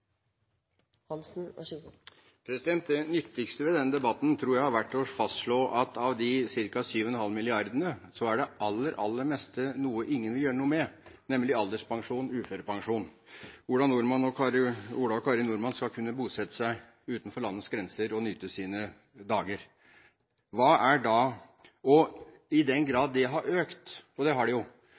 Det nyttigste med denne debatten tror jeg har vært å fastslå at av de ca. 7,5 mrd. kr, så er det aller meste noe ingen vil gjøre noe med, nemlig alderspensjon og uførepensjon. Ola og Kari Nordmann skal kunne bosette seg utenfor landets grenser og nyte sine dager. Og i den grad dette har økt – og det har det jo